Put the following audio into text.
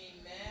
Amen